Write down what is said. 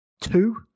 two